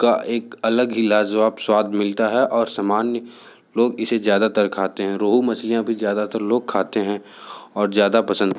का एक अलग ही एक लाजवाब स्वाद मिलता है और सामान्य लोग इसे ज़्यादातर खाते हैं रोहू मछलियाँ भी ज़्यादातर लोग खाते हैं और ज़्यादा पसंद